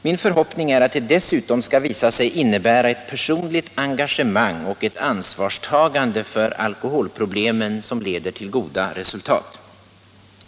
Min förhoppning är att det dessutom skall visa sig innebära ett personligt engagemang och ett ansvarstagande för alkoholproblemen som leder till goda resultat.